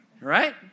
Right